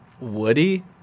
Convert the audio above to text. woody